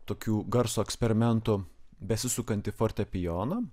tokių garso eksperimentų besisukantį fortepijoną